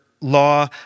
law